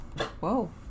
Whoa